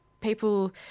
People